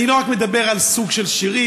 אני לא מדבר רק על סוג של שירים,